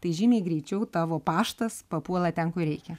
tai žymiai greičiau tavo paštas papuola ten kur reikia